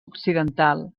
occidental